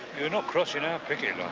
you're not crossing our picket